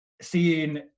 seeing